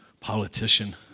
politician